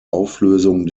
auflösung